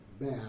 bad